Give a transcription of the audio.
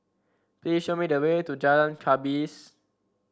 please show me the way to Jalan Gapis